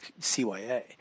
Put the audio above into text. CYA